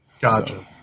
gotcha